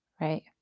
Right